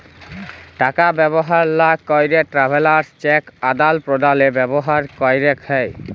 টাকা ব্যবহার লা ক্যেরে ট্রাভেলার্স চেক আদাল প্রদালে ব্যবহার ক্যেরে হ্যয়